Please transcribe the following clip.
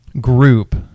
group